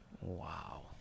Wow